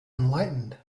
enlightened